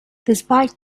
despite